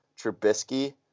Trubisky